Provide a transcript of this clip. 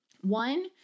One